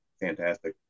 Fantastic